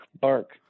bark